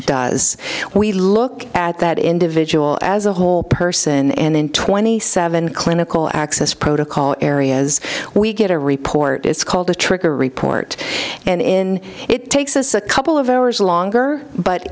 does we look at that individual as a whole person and in twenty seven clinical access protocol areas we get a report it's called a trigger report and in it takes us a couple of hours longer but